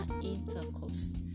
intercourse